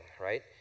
right